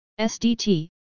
SDT